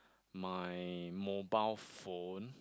my mobile phone